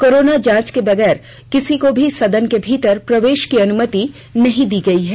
corona जांच के बगैर किसी को भी सदन के भीतर किसी को भी प्रवेश की अनुमति नहीं दी गयी है